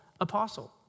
Apostle